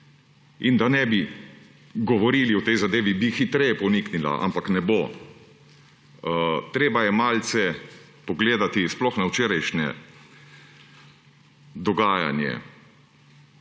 in da ne bi govorili o tej zadevi, bi hitreje poniknila, ampak ne bo. Treba je malce pogledati sploh na včerajšnje dogajanje.